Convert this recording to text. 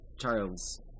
Charles